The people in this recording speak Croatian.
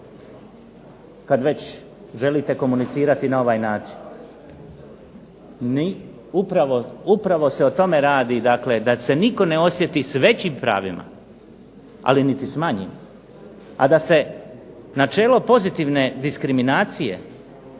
kad već želite komunicirati na ovaj način. Upravo se o tome radi, dakle da se nitko ne osjeti s većim pravima, ali niti s manjim, a da se načelo pozitivne diskriminacije